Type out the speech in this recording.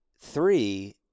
Three